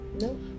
No